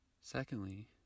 Secondly